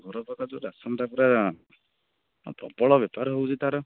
ଘର ପାଖ ଯୋଉ ରାସନଟା ପୂରା ପ୍ରବଳ ବେପାର ହେଉଛି ତାର